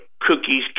cookies